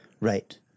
right